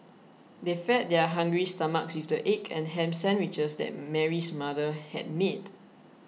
they fed their hungry stomachs with the egg and ham sandwiches that Mary's mother had made